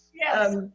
Yes